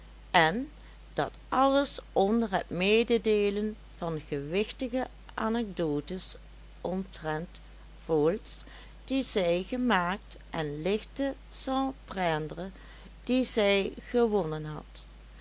en dat alles onder het mededeelen van gewichtige anecdotes omtrent voles die zij gemaakt en lichte sans prendres die zij gewonnen had